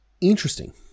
Interesting